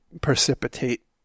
precipitate